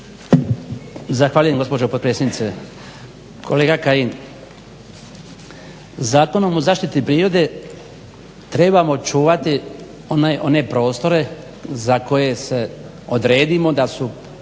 Zahvaljujem gospođo potpredsjednice. Kolega Kajin, Zakonom o zaštiti prirode trebamo čuvati one prostore za koje odredimo da su